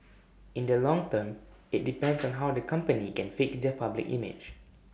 in the long term IT depends on how the company can fix their public image